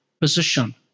position